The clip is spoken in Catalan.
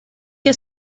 que